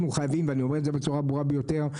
ואני אומר את זה בצורה הברורה ביותר,